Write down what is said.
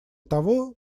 того